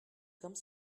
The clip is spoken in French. comme